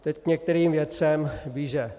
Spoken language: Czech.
Teď k některým věcem blíže.